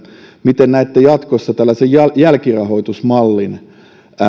miten näette jatkossa tällaisen jälkirahoitusmallin